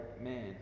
man